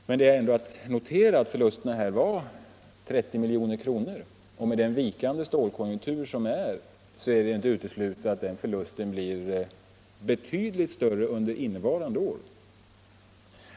Men det är ändå att notera att förlusterna förra året var 30 miljoner kronor. Med den nuvarande vikande stålkonjunkturen är det inte uteslutet att förlusterna blir betydligt större under innevarande år.